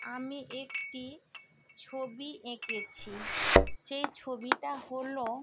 আমি একটি ছবি এঁকেছি সেই ছবিটা হলো